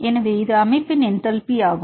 எனவே இது அமைப்பின் என்டல்பி ஆகும்